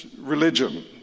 religion